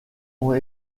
ont